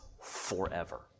forever